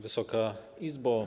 Wysoka Izbo!